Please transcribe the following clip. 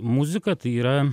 muzika tai yra